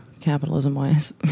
Capitalism-wise